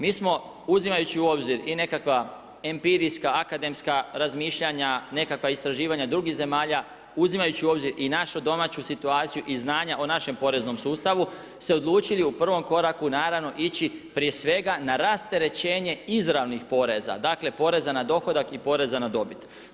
Mi smo uzimajući u obzir, i nekakva empirijska, akademska, razmišljanja, nekakva istraživanja i drugih zemalja uzimajući u obzir i našu domaću situaciju i znanja o našem poreznom sustavu se odlučili u prvom koraku naravno ići prije svega na rasterećenje izravnih poreza, dakle, poreza na dohodak i poreza na dobit.